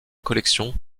collection